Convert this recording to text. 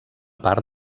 part